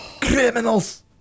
criminals